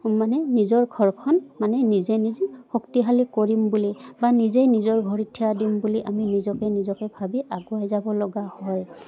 মানে নিজৰ ঘৰখন মানে নিজে নিজেই শক্তিশালী কৰিম বুলি বা নিজে নিজৰ ভৰিত থিয় দিম বুলি আমি নিজকে নিজকে ভাবি আগুৱাই যাব লগা হয়